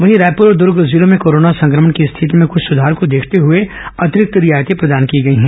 वहीं रायपुर और द्र्ग जिलों में कोरोना संक्रमण की स्थिति में कुछ सुधार को देखते हुए अतिरिक्त रियायतें प्रदान की गई हैं